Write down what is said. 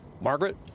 Margaret